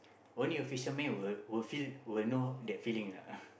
only a fisherman will feel will know that feeling lah